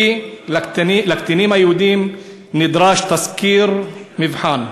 כי לקטינים היהודים נדרש תסקיר מבחן,